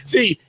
See